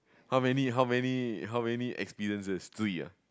how many how many how many experiences three ah